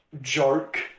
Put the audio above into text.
Joke